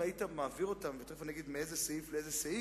אם היית מעביר מסעיף לסעיף,